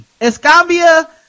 Escambia